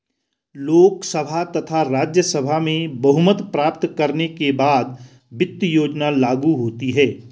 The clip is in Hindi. लोकसभा तथा राज्यसभा में बहुमत प्राप्त करने के बाद वित्त योजना लागू होती है